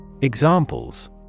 Examples